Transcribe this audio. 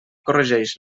corregeix